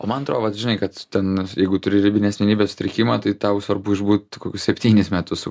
o man atrodo vat žinai kad ten jeigu turi ribinį asmenybės sutrikimą tai tau svarbu išbūt kokius septynis metus su